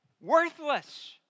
Worthless